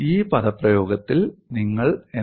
ഈ പദപ്രയോഗത്തിൽ നിങ്ങൾ എന്താണ് കാണുന്നത്